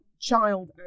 child